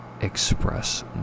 express